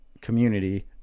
community